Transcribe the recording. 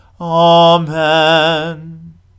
Amen